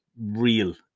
real